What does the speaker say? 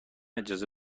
اجازه